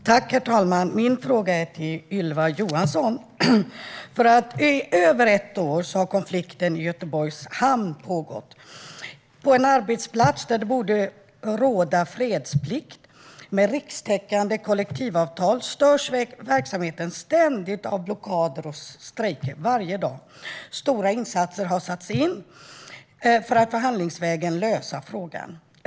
Herr talman! Min fråga går till Ylva Johansson. I över ett år har konflikten i Göteborgs hamn pågått. På en arbetsplats där det borde råda fredsplikt och där rikstäckande kollektivavtal finns störs verksamheten ständigt, varje dag, av blockader och strejker. Stora insatser har gjorts för att förhandlingsvägen lösa frågan.